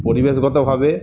পরিবেশগতভাবে